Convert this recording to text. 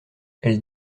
elle